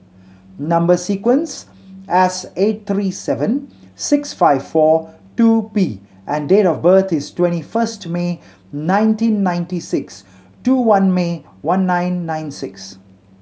number sequence S eight three seven six five four two P and date of birth is twenty first May nineteen ninety six two one May one nine nine six